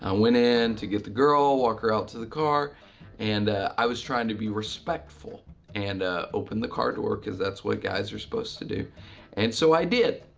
i went in to get the girl walk her out to the car and i was trying to be respectful and opened the car door because that's what guys are supposed to do and so i did.